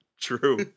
True